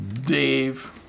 Dave